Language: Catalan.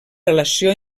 relació